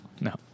No